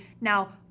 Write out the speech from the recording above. Now